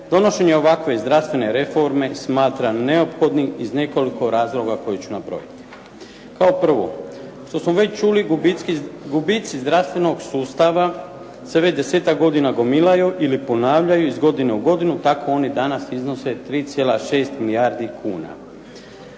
donošenje ovakve zdravstvene reforme smatram neophodnim iz nekoliko razloga koje ću nabrojiti. Kao prvo, što smo već čuli gubici zdravstvenog sustava se već desetak godina gomilaju ili ponavljaju iz godine u godinu. Tako oni danas iznose 3,6 milijardi kuna.